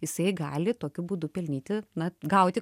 jisai gali tokiu būdu pelnyti na gauti